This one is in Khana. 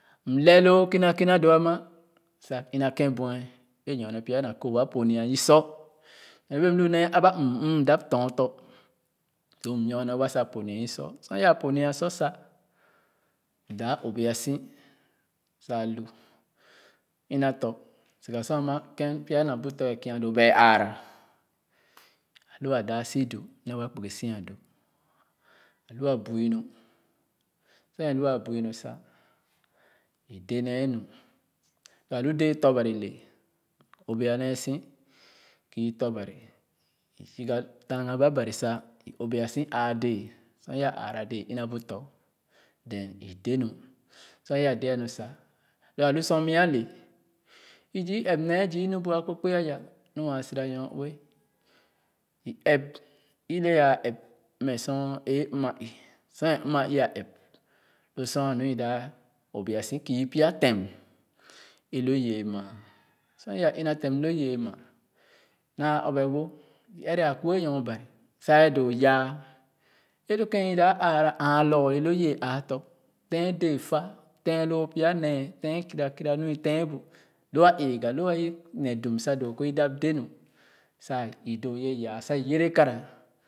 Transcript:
M lee loo kina kina doo a ma sa ina kén buɛ é nyorne pya na kooh a pa nya i sɔ nyorne bee abo nee a ba mm m da tɔn tɔ̃ doo m nyorne wa sa ponya isɔ sor yaa po nya sɔ sa m da obia si sa lu-ina tɔ̃ siga sor a ma kén pya na butɔ̃ wɛɛ kia doo ba aara lo a daa si du ne wa kpiegi sia du a lu a biu nu sor é lua biu nu sa i dé nee nu lo alu dɛɛ tɔ̃ Bari le obia nee si kii tɔ̃ Bari i si ga taagah ba Bari sa i obia si ãã dɛɛ sor yaa ããra dɛɛ i na bu tɔ̃ then i dé nu sor yaa dé nu sa lo a lu sor mya le i zii ɛp nee nu bu akpo kpéé aya nu a sira nyɔɔ-ue é ɛp ile ãã ɛp mmɛ sor é mma i sor é mma i a ɛp lo sor nu da obia si kén pya tèm é loo beecma sor ya i na tém lo i bee mà naa ɔp bé-wo i ɛrɛ a kue nyor Bari sa yɛ doo yaa é lo kèn i da ããra ãã lorlɛɛ lo yii bee ãã tɔ̃ tèn dɛɛ fa tén loo pya nee tèn kera kera nu i tèn bu lu a égah lu i ne dum sa doo kɔ i dap dé nu sa i do yɛ yaa sa doo kɔi dap dé nu sa i do yɛ yaa sa i yɛrɛ kera